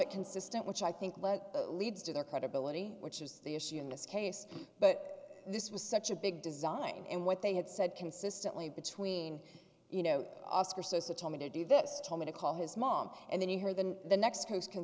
it consistent which i think what leads to their credibility which is the issue in this case but this was such a big design and what they had said consistently between you know oscar sosa told me to do this tell me to call his mom and then you hear than the next post c